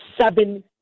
seven